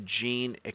gene